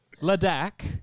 Ladakh